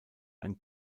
ein